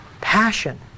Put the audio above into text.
Passion